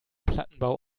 plattenbau